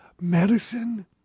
medicine